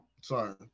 Sorry